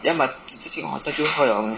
ya but 直接进 hotel 就喝了 meh